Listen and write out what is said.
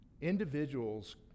individuals